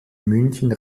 münchen